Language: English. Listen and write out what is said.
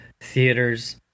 theaters